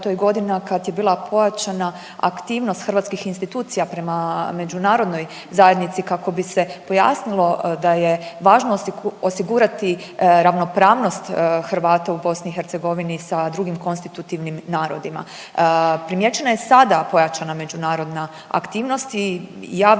hrvatskih institucija prema međunarodnoj zajednici kako bi se pojasnilo da je važno osigurati ravnopravnost Hrvata u BIH sa drugim konstitutivnim narodima. Primijećena je sada pojačana međunarodna aktivnost i ja vidim,